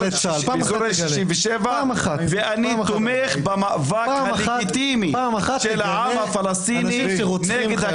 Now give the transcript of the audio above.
דגל פלסטין זה דגל העם הפלסטיני,